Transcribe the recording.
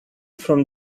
from